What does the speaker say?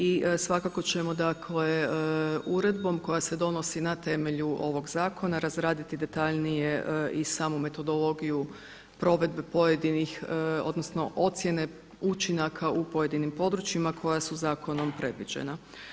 I svakako ćemo, dakle uredbom koja se donosi na temelju ovog zakona razraditi detaljnije i samu metodologiju provedbe pojedinih odnosno ocjene učinaka u pojedinim područjima koja su zakonom predviđena.